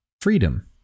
freedom